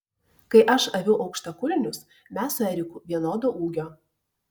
kai aš aviu aukštakulnius mes su eriku vienodo ūgio